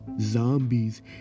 zombies